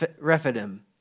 Rephidim